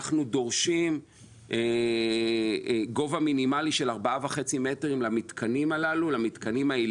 אנחנו דורשים גובה מינימלי של ארבעה וחצי מטרים למתקנים העיליים,